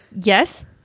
yes